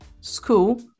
school